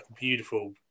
beautiful